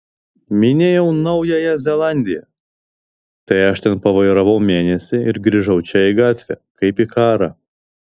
minėjau naująją zelandiją tai aš ten pavairavau mėnesį ir grįžau čia į gatvę kaip į karą